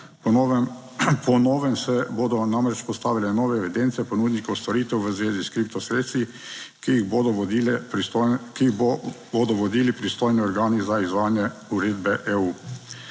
Po novem se bodo namreč postavile nove evidence ponudnikov storitev v zvezi s kripto sredstvi, ki jih bodo vodili pristojni organi za izvajanje uredbe EU.